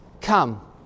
come